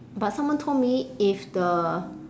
but someone told me if the